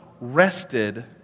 rested